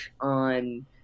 on